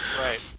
Right